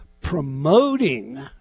promoting